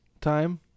time